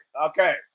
Okay